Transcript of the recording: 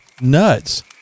nuts